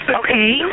okay